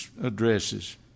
addresses